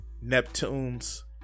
Neptune's